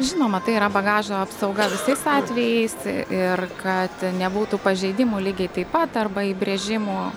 žinoma tai yra bagažo apsauga visais atvejais ir kad nebūtų pažeidimų lygiai taip pat arba įbrėžimų